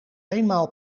eenmaal